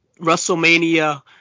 WrestleMania